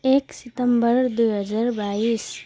एक सेप्टेम्बर दुई हजार बाइस